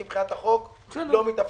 כי לפחות מבחינת החוק זה לא מתאפשר.